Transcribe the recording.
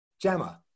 Jammer